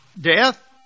Death